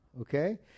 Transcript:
Okay